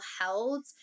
held